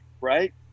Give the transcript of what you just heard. right